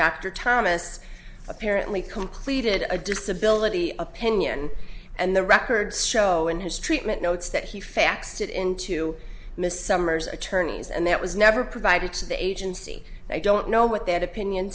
dr thomas apparently completed a disability opinion and the records show in his treatment notes that he accepted into miss summers attorneys and that was never provided to the agency and i don't know what that opinion